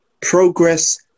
progress